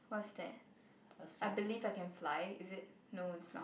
what's that I believe I can fly is it no it's not